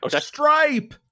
Stripe